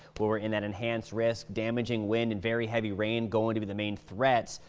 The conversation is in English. laurin, an enhanced risk damaging winds very heavy rain going to be the main threats.